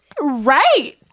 Right